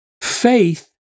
faith